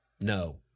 No